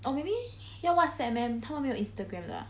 or maybe 要 Whatsapp meh 他们没有 Instagram 的 ah